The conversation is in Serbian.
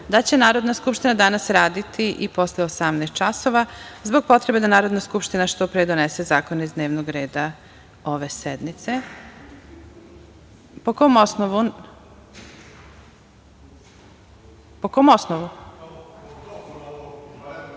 da će Narodna skupština danas raditi i posle 18.00 časova, zbog potrebe da Narodna skupština što pre donese zakone iz dnevnog reda ove sednice. Pošto ste ista poslanička